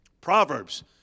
Proverbs